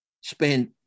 spend